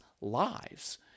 lives